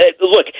look